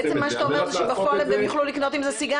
אז בעצם מה שאתה אומר שבפועל הם גם יוכלו לקנות עם זה סיגריות.